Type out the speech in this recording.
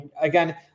again